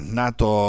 nato